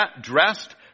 dressed